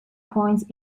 points